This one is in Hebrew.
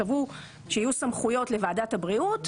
שיהיו סמכויות לוועדת הבריאות,